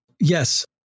Yes